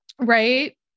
Right